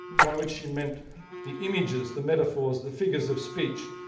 by which she meant the images. the metaphors, the figures of speech,